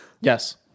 yes